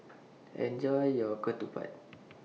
Enjoy your Ketupat